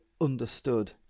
understood